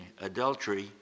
adultery